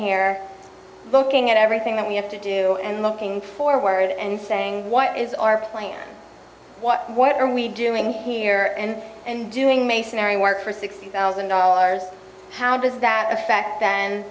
here looking at everything that we have to do and looking forward and saying what is our plan what what are we doing here and and doing masonry work for sixty thousand dollars how does that affect th